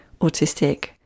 autistic